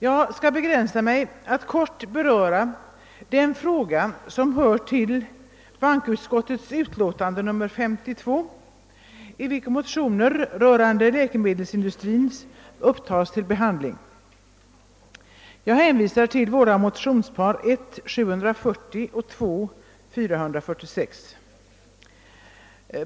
Jag skall begränsa mig till att kort beröra den fråga som behandlas i bankoutskottets utlåtande nr 52, i vilket utlåtande motioner om läkemedelsindustrin har upptagits till behandling. Jag hänvisar där till vårt motionspar 1I:740 och II:446.